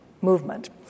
movement